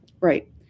Right